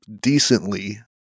decently